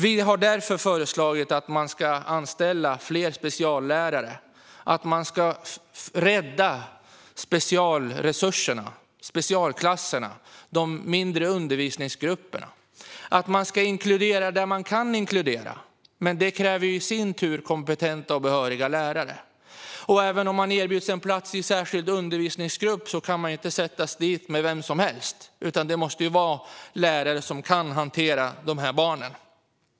Vi har därför föreslagit att man ska anställa fler speciallärare, att man ska rädda specialresurserna - specialklasserna och de mindre undervisningsgrupperna - och att man ska inkludera där man kan inkludera, vilket i sin tur kräver kompetenta och behöriga lärare. Även om dessa barn erbjuds en plats i en särskild undervisningsgrupp kan de inte placeras där med vem som helst, utan det måste vara lärare som kan hantera dessa barn.